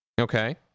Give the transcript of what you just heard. Okay